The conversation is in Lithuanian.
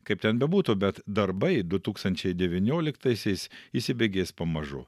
kaip ten bebūtų bet darbai du tūkstančiai devynioliktaisiais įsibėgės pamažu